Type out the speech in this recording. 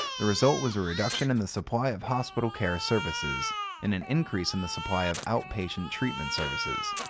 the result was a reduction in the supply of hospital care services and an increase in the supply of outpatient treatment services.